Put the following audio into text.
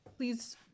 Please